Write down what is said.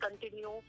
continue